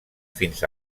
fins